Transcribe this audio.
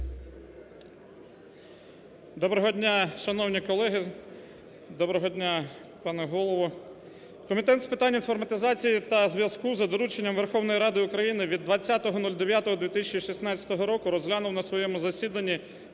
Доброго дня, шановні колеги. Доброго дня, пане Голово. Комітет з питань інформатизації та зв'язку, за дорученням Верховної Ради України від 20.09.2016 року, розглянув на своєму засіданні